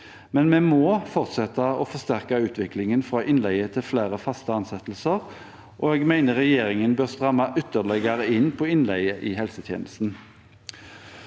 Men vi må fortsette med å forsterke utviklingen fra innleie til flere faste ansettelser. Jeg mener regjeringen bør stramme ytterligere inn på innleie i helsetjenesten.